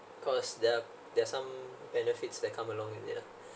because there there are some benefits that come along with it ah